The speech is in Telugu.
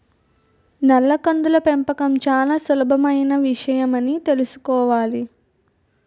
నల్ల కందుల పెంపకం చాలా సులభమైన విషయమని తెలుసుకోవాలి